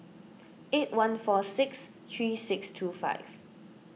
eight one four six three six two five